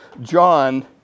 John